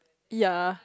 ya